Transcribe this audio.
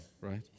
right